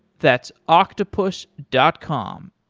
that's octopus dot com,